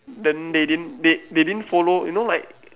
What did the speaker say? then they didn't they they didn't follow you know like